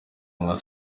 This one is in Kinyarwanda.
nka